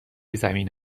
زمین